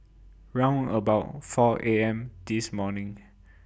round about four A M This morning